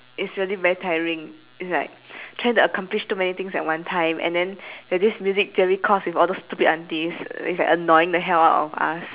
iT's really very tiring iT's like trying to accomplish too many things at one time and then there is this music theory course with all those stupid aunties which is like annoying the hell out of us